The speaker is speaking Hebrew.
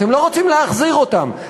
אתם לא רוצים להחזיר אותם,